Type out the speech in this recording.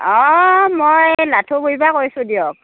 অ মই লাথুগুৰিৰ পৰা কৈছোঁ দিয়ক